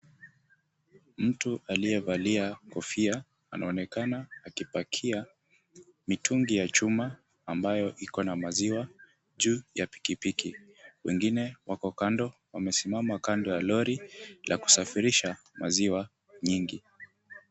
Mtu aliyevalia kofia anaonekana akipakia mitungi ya chuma ambayo iko na maziwa juu ya piki piki. Wengine wako kando wamesimama kando ya lori la kusafirisha maziwa nyingi.